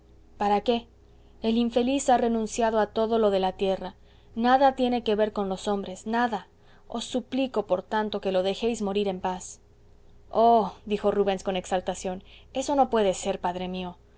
para qué el infeliz ha renunciado a todo lo de la tierra nada tiene que ver con los hombres nada os suplico por tanto que lo dejéis morir en paz oh dijo rubens con exaltación eso no puede ser padre mío